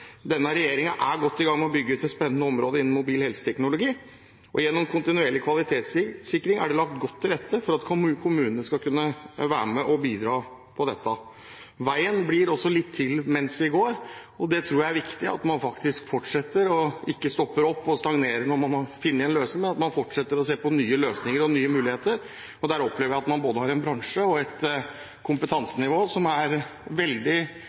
bygge ut et spennende område innen mobil helseteknologi. Gjennom kontinuerlig kvalitetssikring er det lagt godt til rette for at kommunene skal kunne være med og bidra i dette. Veien blir også litt til mens vi går. Jeg tror det er viktig at man ikke stopper opp og stagnerer når man har funnet en løsning, men at man fortsetter å se på nye løsninger og nye muligheter. Jeg opplever at man har både en bransje og et kompetansenivå der man er veldig